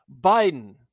Biden